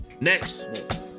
Next